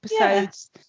episodes